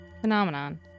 phenomenon